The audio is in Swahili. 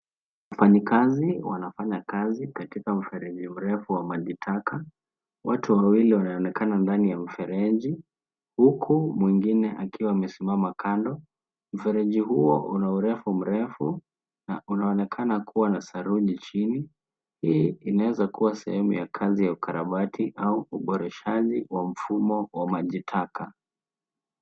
Wafanyikazi wanafanya kazi katika mfereji mrefu wa maji taka. Watu wawili wanaonekana ndani ya mfereji huku mwengine akiwa amesimama kando. Mfereji huo una urefu mrefu na unaonekana kuwa na saruji chini. Hii inaeza kuwa sehemu ya kazi ya ukarabati au uboreshaji wa mfumo wa maji taka.